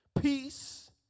peace